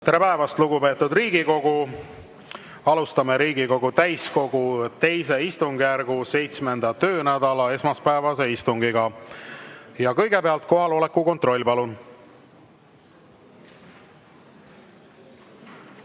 Tere päevast, lugupeetud Riigikogu! Alustame Riigikogu täiskogu II istungjärgu 7. töönädala esmaspäevast istungit. Ja kõigepealt kohaloleku kontroll, palun!